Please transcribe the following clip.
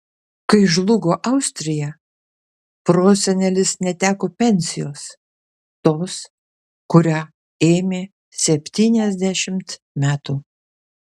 kai žlugo austrija prosenelis neteko pensijos tos kurią ėmė septyniasdešimt metų